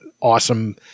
awesome